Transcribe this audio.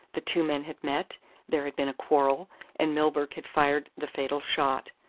the two men had met there had been a quarrel and milburgh had fired the fatal shot.